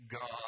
God